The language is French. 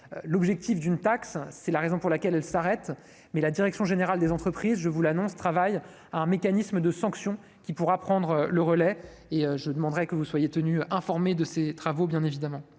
l'objectif d'une taxe, c'est la raison pour laquelle elle s'arrête, mais la direction générale des entreprises, je vous l'annonce : travail, un mécanisme de sanctions qui pourra prendre le relais et je demanderai que vous soyez tenus informés de ses travaux, bien évidemment,